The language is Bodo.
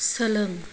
सोलों